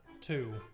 two